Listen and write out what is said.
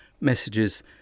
messages